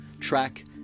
track